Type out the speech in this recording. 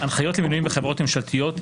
הנחיות למינויים בחברות ממשלתיות,